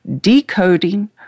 decoding